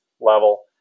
level